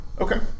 Okay